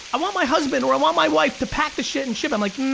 i want my husband or i want my wife to pack the shit and ship, i'm like